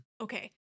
Okay